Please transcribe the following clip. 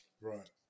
Right